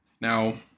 Now